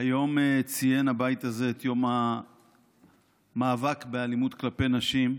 היום ציין הבית הזה את יום המאבק באלימות כלפי נשים,